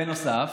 בנוסף,